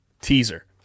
Teaser